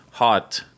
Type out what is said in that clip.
Hot